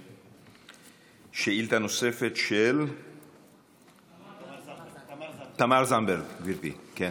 שאילתה נוספת, של חברת הכנסת תמר זנדברג, בבקשה.